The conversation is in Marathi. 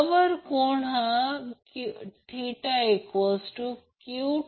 त्याचा अर्थ असा की याचा अर्थ z √ j j 1 2